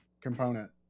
component